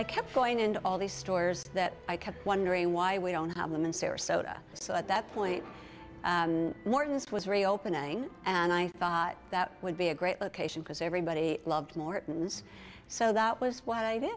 i kept going into all these stores that i kept wondering why we don't have them in sarasota so at that point morton's was re opening and i thought that would be a great location because everybody loved morton's so that was what i did